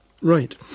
Right